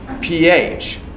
pH